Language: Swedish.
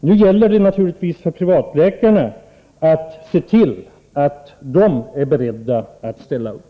Nu gäller det naturligtvis att privatläkarna själva är beredda att ställa upp.